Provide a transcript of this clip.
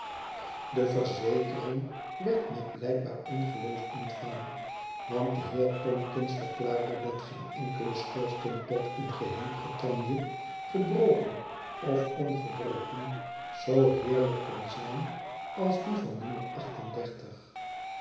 de verzekering werd met blykbaar ongeloof ontvangen want de heer tomkins verklaarde dat geeii enkele schoorsteenpot in geheelbrittannie gebroken of ongebroken zoo heerlyk kon zijn als die van